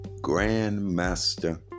Grandmaster